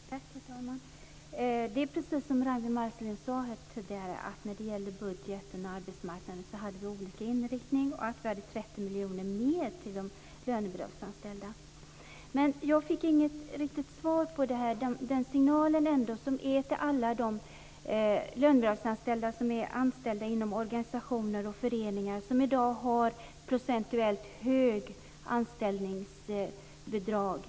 Herr talman! Det är precis som Ragnwi Marcelind sade här tidigare - när det gäller budgeten och arbetsmarknaden hade vi olika inriktningar. Vi hade 30 Jag fick inget riktigt svar när det gäller signalen till alla lönebidragsanställda inom organisationer och föreningar som i dag har procentuellt högt anställningsbidrag.